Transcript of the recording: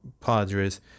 Padres